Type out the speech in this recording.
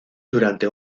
durante